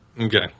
Okay